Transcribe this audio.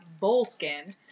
Bullskin